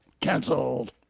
Canceled